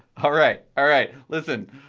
alright, alright. listen,